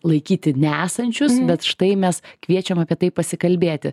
laikyti nesančius bet štai mes kviečiam apie tai pasikalbėti